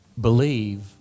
believe